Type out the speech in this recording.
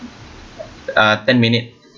uh ten minutes